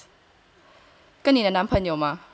跟你的男朋友吗